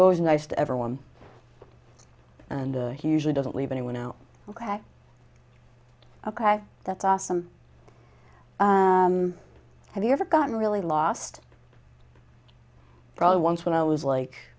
always nice to everyone and usually doesn't leave anyone out ok ok that's awesome have you ever gotten really lost probably once when i was like